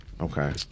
Okay